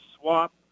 swap